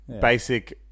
basic